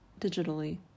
digitally